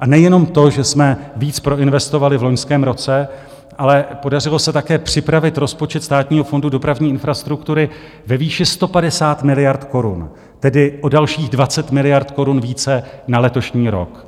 A nejenom to, že jsme víc proinvestovali v loňském roce, ale podařilo se také připravit rozpočet Státního fondu dopravní infrastruktury ve výši 150 miliard korun, tedy o dalších 20 miliard korun více, na letošní rok,